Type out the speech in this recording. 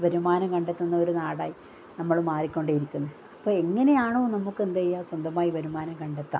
വരുമാനം കണ്ടെത്തുന്ന ഒരു നാടായി നമ്മള് മാറിക്കൊണ്ടേ ഇരിക്കുന്നു അപ്പം എങ്ങനെയാണോ നമുക്ക് എന്ത് ചെയ്യാം സ്വന്തമായി വരുമാനം കണ്ടെത്താം